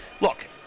look